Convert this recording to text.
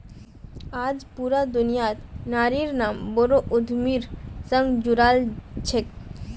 आज पूरा दुनियात नारिर नाम बोरो उद्यमिर संग जुराल छेक